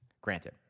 Granted